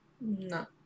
No